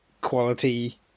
quality